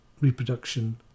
reproduction